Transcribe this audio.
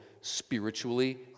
spiritually